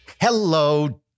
Hello